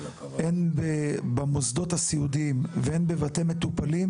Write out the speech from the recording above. הן במוסדות הסיעודיים והן בבתי מטופלים